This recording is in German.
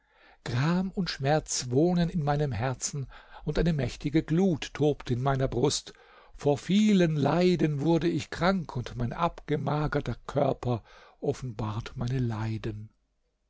gram und schmerz wohnen in meinem herzen und eine mächtige glut tobt in meiner brust vor vielen leiden wurde ich krank und mein abgemagerter körper offenbart meine leiden